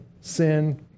sin